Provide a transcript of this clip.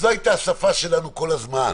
זו הייתה השפה שלנו כל הזמן.